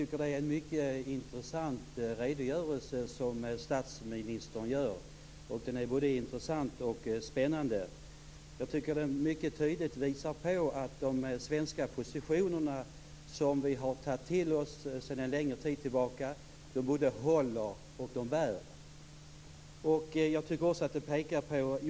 Fru talman! Vi har fått den frågan förut i offentliga sammanhang. Det blir en svensk förhandlingsposition som skall stämplas in och som vi har stämplat in.